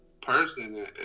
person